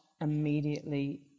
immediately